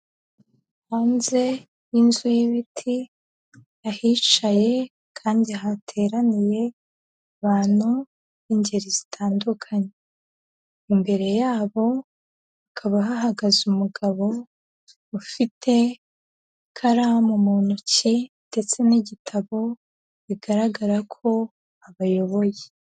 Hanze y'inzu y'ibiti, ahicaye kandi hateraniye abantu b'ingeri zitandukanye. Imbere yabo hakaba hahagaze umugabo ufite ikaramu mu ntoki ndetse n'igitabo bigaragara ko abayoboye.